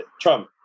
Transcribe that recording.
Trump